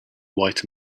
white